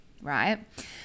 right